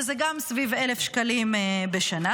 שזה גם סביב 1,000 שקלים בשנה,